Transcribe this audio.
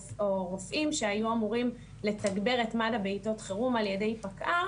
או רופאים שהיו אמורים לתגבר את מד"א בעתות חירום על ידי פקע"ר,